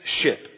ship